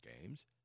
games